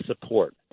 support